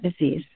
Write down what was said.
disease